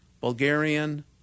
Bulgarian